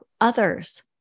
others